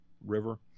River